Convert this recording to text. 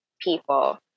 people